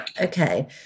Okay